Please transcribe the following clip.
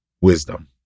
wisdom